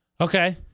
Okay